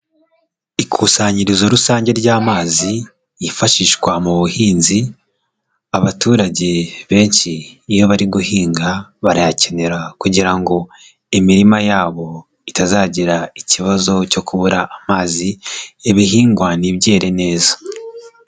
Ikusanyirizo rusange ry'amazi yifashishwa mu buhinzi, abaturage benshi iyo bari guhinga barayakenera, kugira ngo imirima yabo itazagira ikibazo cyo kubura amazi, ibihingwa ntibyere neza.